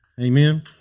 Amen